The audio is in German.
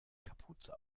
kapuze